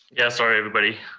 yeah, sorry everybody.